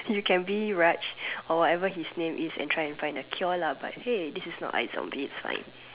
you can be Raj or whatever his name is and try and find a cure lah but hey this is not like zombie it's fine